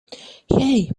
hey